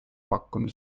pakkunud